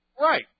Right